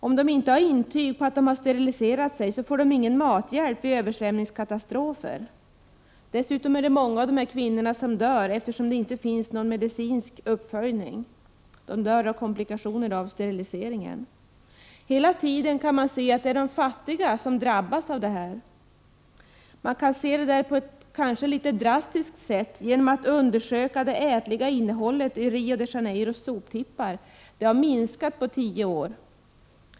Om kvinnorna inte har intyg på att de har steriliserat sig, får de ingen mathjälp vid översvämningskatastrofer. Dessutom är det många av dessa kvinnor som dör, eftersom det inte finns någon medicinsk uppföljning. De dör av komplikationer efter steriliseringen. Hela tiden kan man se att det är de fattiga som drabbas. Man kan på ett drastiskt sätt komma fram till det, genom att undersöka det ätliga innehållet på Rio de Janeiros soptippar. Det har nämligen minskat under de senaste tio åren.